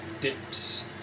dips